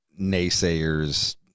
naysayers